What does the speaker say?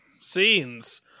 scenes